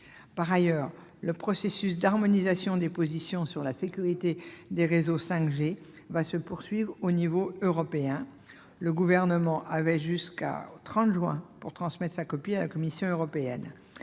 Par ailleurs, le processus d'harmonisation des positions sur la sécurité des réseaux 5G va se poursuivre à l'échelon européen. Le Gouvernement avait jusqu'au 30 juin pour transmettre sa copie à la Commission européenne.